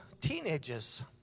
teenagers